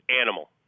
animal